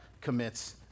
commits